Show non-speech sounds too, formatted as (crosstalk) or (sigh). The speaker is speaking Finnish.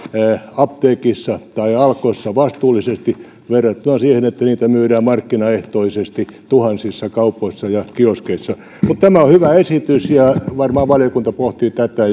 apteekissa tai alkossa vastuullisesti verrattuna siihen että niitä myydään markkinaehtoisesti tuhansissa kaupoissa ja kioskeissa tämä on hyvä esitys ja varmaan valiokunta pohtii tätä (unintelligible)